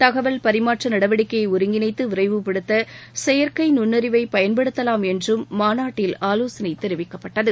தகவல் பரிமாற்ற நடவடிக்கையை ஒருங்கிணைத்து விரைவுபடுத்த சுபற்கை நுண்ணறிவை பயன்படுத்தலாம் என்றும் மாநாட்டில் ஆலோசனை தெரிவிக்கப்பட்டது